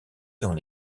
dans